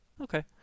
Okay